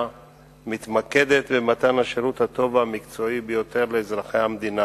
מתמקד במתן השירות הטוב והמקצועי ביותר לאזרחי המדינה